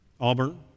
Auburn